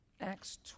Acts